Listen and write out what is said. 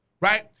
right